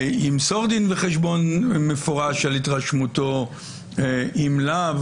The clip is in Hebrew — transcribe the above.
ימסור דין וחשבון מפורש על התרשמותו או לא,